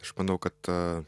aš manau kad ta